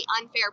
unfair